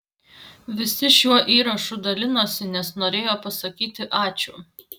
visi šiuo įrašu dalinosi nes norėjo pasakyti ačiū